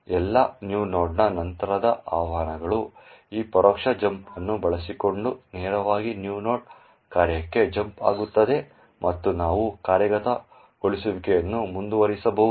ಎಲ್ಲಾ new node ನ ನಂತರದ ಆಹ್ವಾನಗಳು ಈ ಪರೋಕ್ಷ ಜಂಪ್ ಅನ್ನು ಬಳಸಿಕೊಂಡು ನೇರವಾಗಿ new node ಕಾರ್ಯಕ್ಕೆ ಜಂಪ್ ಆಗುತ್ತವೆ ಮತ್ತು ನಾವು ಕಾರ್ಯಗತಗೊಳಿಸುವಿಕೆಯನ್ನು ಮುಂದುವರಿಸಬಹುದು